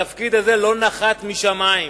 התפקיד הזה לא נחת משמים,